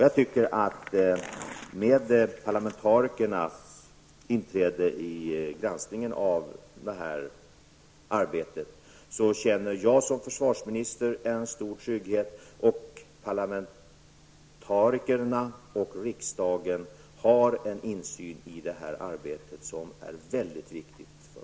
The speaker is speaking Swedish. Jag känner som försvarsminister en stor trygghet i och med parlamentarikernas inträde i granskningen av det här arbetet. Parlamentarikerna och riksdagen har en insyn i det här arbetet som är väldigt viktig för oss.